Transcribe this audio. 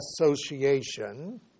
Association